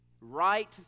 right